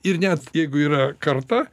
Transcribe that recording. ir net jeigu yra karta